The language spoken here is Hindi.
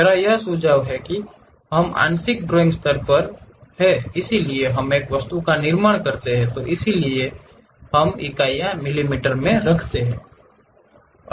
मैं यह सुझाव दे रहा हूं क्योंकि हम आंशिक ड्राइंग स्तर पर हैं इसलिए हम एक वस्तु का निर्माण करते हैं और इसलिए इसके लिए इकाइयां मिमी हो सकती हैं